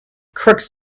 crooks